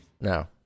No